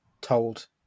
told